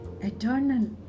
eternal